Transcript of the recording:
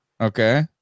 Okay